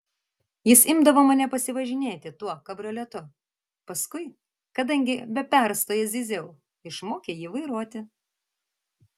jis imdavo mane pasivažinėti tuo kabrioletu paskui kadangi be perstojo zyziau išmokė jį vairuoti